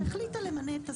שאני גם לא כל-כך מבינה אותו,